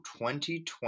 2020